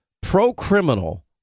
pro-criminal